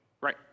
Right